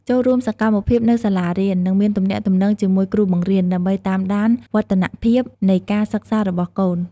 ចូលរួមសកម្មភាពនៅសាលារៀន និងមានទំនាក់ទំនងជាមួយគ្រូបង្រៀន ដើម្បីតាមដានវឌ្ឍនភាពនៃការសិក្សារបស់កូន។